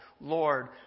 Lord